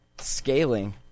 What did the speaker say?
Scaling